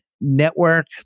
Network